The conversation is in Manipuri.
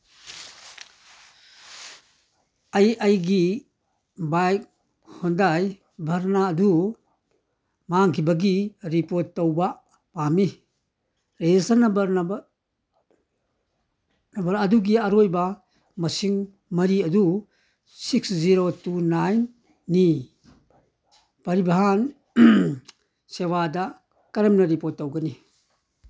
ꯑꯩ ꯑꯩꯒꯤ ꯕꯥꯏꯛ ꯍꯣꯟꯗꯥꯏ ꯕꯔꯅꯥ ꯑꯗꯨ ꯃꯥꯡꯈꯤꯕꯒꯤ ꯔꯤꯄꯣꯔꯠ ꯇꯧꯕ ꯄꯥꯝꯃꯤ ꯔꯦꯖꯤꯁꯇ꯭ꯔꯦꯁꯟ ꯅꯝꯕꯔ ꯑꯗꯨꯒꯤ ꯑꯔꯣꯏꯕ ꯃꯁꯤꯡ ꯃꯔꯤ ꯑꯗꯨ ꯁꯤꯛꯁ ꯖꯤꯔꯣ ꯇꯨ ꯅꯥꯏꯟꯅꯤ ꯄꯔꯤꯚꯥꯟ ꯁꯦꯕꯥꯗ ꯀꯔꯝꯅ ꯔꯤꯄꯣꯔꯠ ꯇꯧꯒꯅꯤ